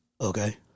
Okay